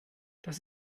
das